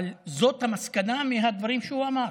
אבל זאת המסקנה מהדברים שהוא אמר.